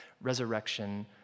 resurrection